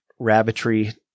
rabbitry